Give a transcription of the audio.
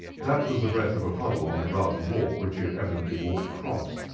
that was the breadth of a puddle on the garden walk which he had evidently walked across.